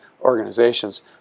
organizations